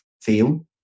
feel